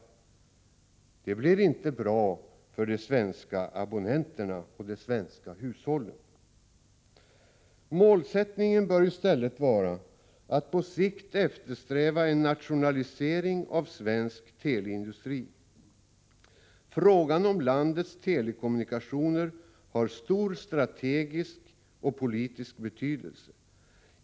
Det blir inte bra för de svenska abonnenterna och de svenska hushållen. Målsättningen bör i stället vara att på sikt eftersträva en nationalisering av svensk teleindustri. Frågan om landets telekommunikationer har stor strategisk och politisk betydelse.